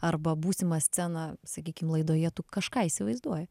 arba būsimą sceną sakykim laidoje tu kažką įsivaizduoji